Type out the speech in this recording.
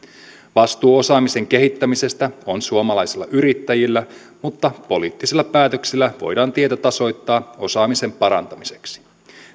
vastuu osaamisen kehittämisestä on suomalaisilla yrittäjillä mutta poliittisilla päätöksillä voidaan tietä tasoittaa osaamisen parantamiseksi